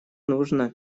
нужно